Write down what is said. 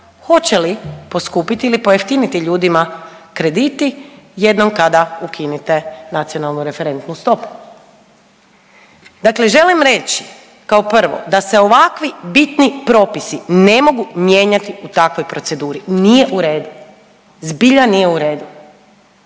hoće li poskupiti ili pojeftiniti ljudima krediti jednom kada ukinete nacionalnu referentnu stopu. Dakle, želim reći kao prvo da se ovakvi bitni propisi ne mogu mijenjati u takvoj proceduri, nije u redu, zbilja nije u redu.